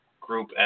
group